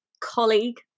colleague